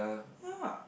ya